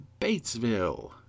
Batesville